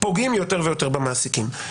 ופוגעים יותר ויותר מהמעסיקים.